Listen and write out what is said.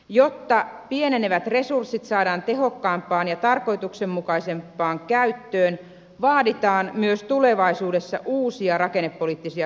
jotta pienenevät resurssit saadaan tehokkaampaan ja tarkoituksenmukaisempaan käyttöön vaaditaan myös tulevaisuudessa uusia rakennepoliittisia sopeutustoimia